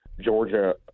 Georgia –